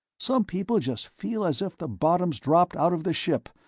some people just feel as if the bottom's dropped out of the ship,